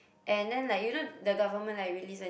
and then like you know the government like release a